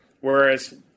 Whereas